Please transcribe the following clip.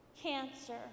cancer